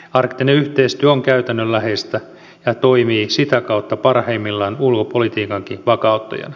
arktinen yhteistyö on käytännönläheistä ja toimii sitä kautta parhaimmillaan ulkopolitiikankin vakauttajana